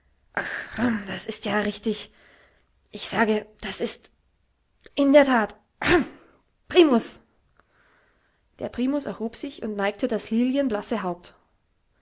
das ist ja wirklich ich sage das ist in der that rhm primus der primus erhob sich und neigte das lilienblasse haupt